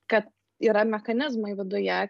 kad yra mechanizmai viduje